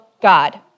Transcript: God